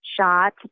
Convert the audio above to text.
shot